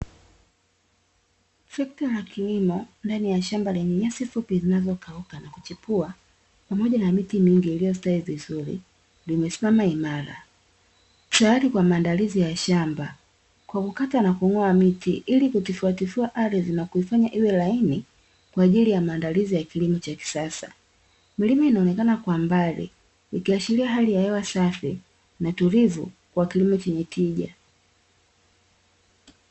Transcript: Trekta la kilimo ndani ya shamba lenye nyasi fupi zinazokauka na kuchipua pamoja na miti mingi iliyostawi vizuri imesimama imara, tayari kwa maandalizi ya shamba kwa kukata na kung’oa miti ili kutifuatifua ardhi na kuifanya iwe laini kwaajili ya maandalizi ya kilimo cha kisasa. Milima inaonekana kwa mbali, ikiashiria hali ya hewa safi na tulivu kwa kilimo chenye tija.